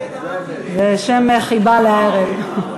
זה שם חיבה להערב.